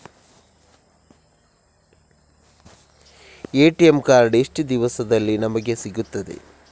ATM card ಎಷ್ಟು ದಿವಸದಲ್ಲಿ ನಮಗೆ ಸಿಗುತ್ತದೆ?